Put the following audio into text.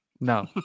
No